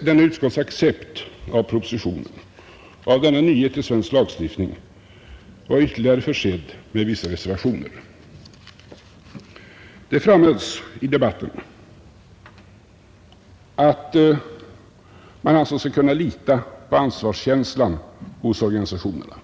Denna utskottets accept av propositionen och denna nyhet i svensk lagstiftning var ytterligare försedd med vissa reservationer. Det framhölls i debatten att man ansåg sig kunna lita på ansvarskänslan hos organisationerna.